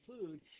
food